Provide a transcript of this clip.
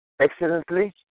excellently